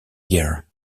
year